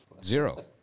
Zero